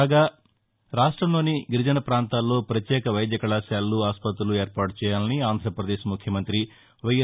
కాగా రాష్ట్రంలోని గిరిజన ప్రాంతాల్లో పత్యేక వైద్య కళాశాలు ఆస్పత్తులు ఏర్పాటు చేయాలని ఆంధ్రప్రదేశ్ ముఖ్యమంతి వైఎస్